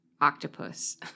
octopus